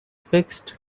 fixed